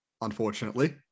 unfortunately